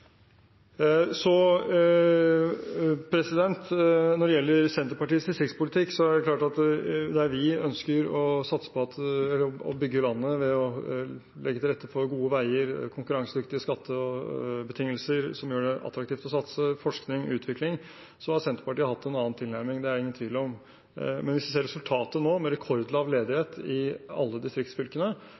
Når det gjelder Senterpartiets distriktspolitikk, er det klart at der vi ønsker å satse på å bygge landet ved å legge til rette for gode veier, konkurransedyktige skattebetingelser som gjør det attraktivt å satse på forskning og utvikling, har Senterpartiet hatt en annen tilnærming – det er det ingen tvil om. Men når vi ser resultatet nå, med rekordlav ledighet i alle distriktsfylkene